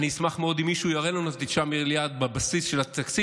אני אשמח מאוד אם מישהו יראה לנו את ה-9 מיליארד בבסיס של התקציב,